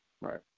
Right